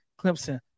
Clemson